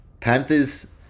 Panthers